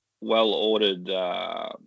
well-ordered